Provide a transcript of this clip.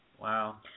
Wow